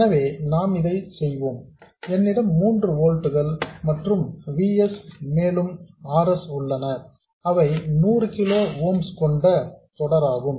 எனவே நாம் இதை செய்வோம் என்னிடம் 3 ஓல்ட்ஸ் மற்றும் V s மேலும் R s உள்ளன அவை 100 கிலோ ஓம்ஸ் கொண்ட தொடராகும்